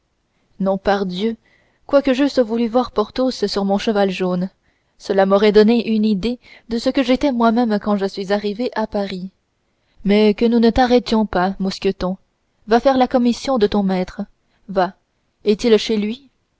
non pardieu quoique j'eusse voulu voir porthos sur mon bouton dor cela m'aurait donné une idée de ce que j'étais moimême quand je suis arrivé à paris mais que nous ne t'arrêtions pas mousqueton va faire la commission de ton maître va est-il chez lui